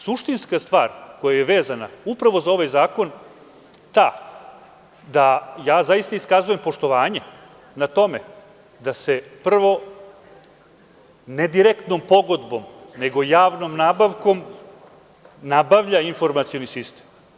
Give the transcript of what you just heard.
Suštinska je stvar, koja je vezana upravo za ovaj zakon ta, da zaista iskazujem poštovanje na tome da se prvo ne direktnom pogodnom, nego javnom nabavkom, nabavlja informacioni sistem.